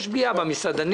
יש פגיעה במסעדנים,